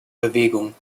bewegung